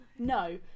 No